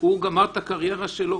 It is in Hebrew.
הוא גמר את הקריירה שלו,